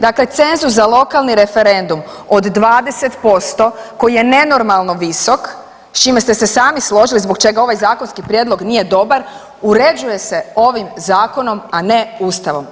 Dakle, cenzus za lokalni referendum od 20% koji je nenormalno visok s čime ste se sami složili zbog čega ovaj zakonski prijedlog nije dobar, uređuje se ovim zakonom, a ne Ustavom.